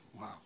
Wow